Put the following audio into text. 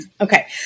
Okay